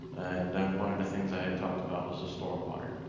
and then one of the things i had talked about was the stormwater.